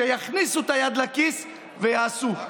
שיכניסו את היד לכיס ויעשו,